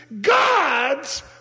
God's